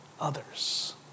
others